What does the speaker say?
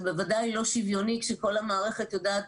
וזה בוודאי לא שוויוני כשכל המערכת יודעת